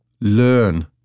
Learn